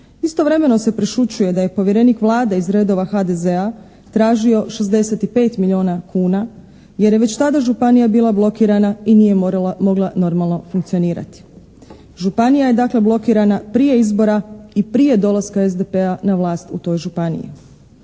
Istovremeno se prešućuje da je povjerenik Vlade iz redova HDZ-a tražio 65 milijuna kuna jer je već tada županija bila blokirana i nije mogla normalno funkcionirati. Županija je, dakle, blokirana prije izbora i prije dolaska SDP-a na vlast u toj županiji.